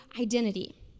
identity